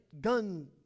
gun